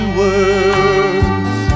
words